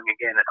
again